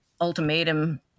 ultimatum